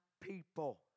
people